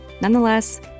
Nonetheless